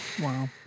Wow